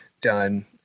done